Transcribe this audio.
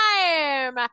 time